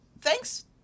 Thanks